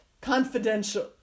Confidential